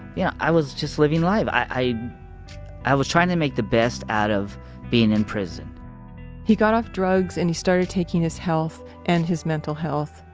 you know, i was just living life. i i was trying to make the best out of being in prison he got off drugs and he started taking his health, and his mental health,